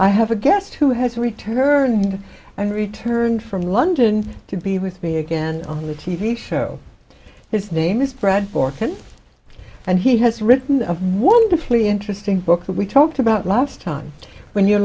i have a guest who has returned and returned from london to be with me again on the t v show his name is brad borken and he has written of wonderfully interesting book that we talked about last time when you